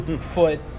foot